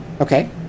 Okay